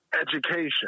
education